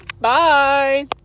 Bye